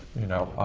you know?